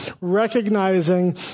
recognizing